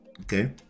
okay